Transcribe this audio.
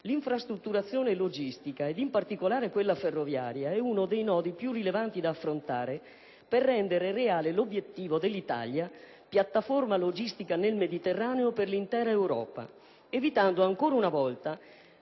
L'infrastrutturazione logistica e, in particolare, quella ferroviaria costituisce uno dei nodi più rilevanti da affrontare per rendere reale l'obiettivo dell'Italia, piattaforma logistica nel Mediterraneo per l'intera Europa, evitando ancora una volta,